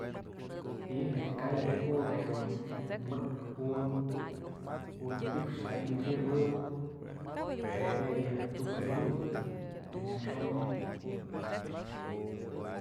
Ji'i je'e kay jë ukyë jedun mëk junyë junti'ixpë xaj nëjuebëbë jue je'e yë tuk t'sëdyut jamtëm yajxon yë.